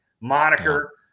moniker